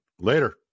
Later